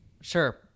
Sure